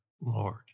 Lord